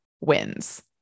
wins